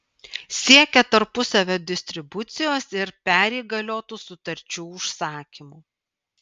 siekia tarpusavio distribucijos ir perįgaliotų sutarčių užsakymų